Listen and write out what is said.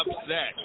upset –